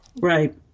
Right